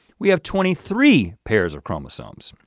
we have twenty three pairs of chromosomes.